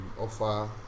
offer